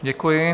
Děkuji.